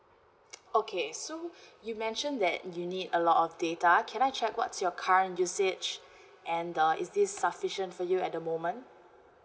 okay so you mentioned that you need a lot of data can I check what's your current usage and the is this sufficient for you at the moment